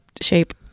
shape